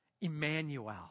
Emmanuel